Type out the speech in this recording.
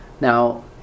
Now